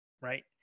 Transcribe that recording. Right